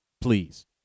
please